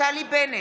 נפתלי בנט,